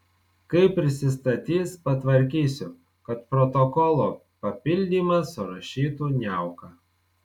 kai prisistatys patvarkysiu kad protokolo papildymą surašytų niauka